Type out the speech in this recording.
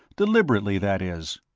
deliberately, that is.